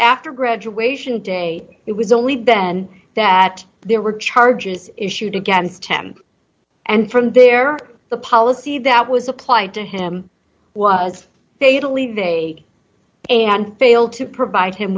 after graduation day it was only then that there were charges issued against him and from there the policy that was applied to him was fatally they and failed to provide him